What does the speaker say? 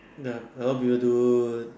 ya a lot of people do